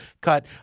cut